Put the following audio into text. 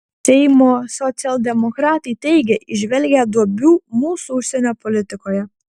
seimo socialdemokratai teigia įžvelgią duobių mūsų užsienio politikoje